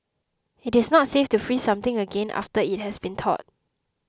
it is not safe to freeze something again after it has been thawed